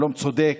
שלום צודק.